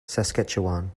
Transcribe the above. saskatchewan